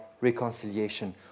reconciliation